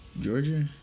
Georgia